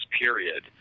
period